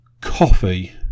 Coffee